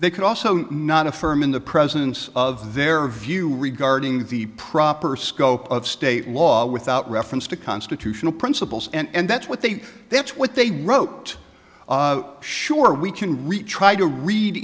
they could also not affirm in the presence of their view regarding the proper scope of state law without reference to constitutional principles and that's what they that's what they wrote sure we can retry to read